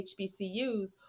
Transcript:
HBCUs